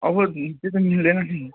अबुई त्यो त मिल्दैन नि